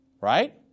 Right